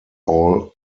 all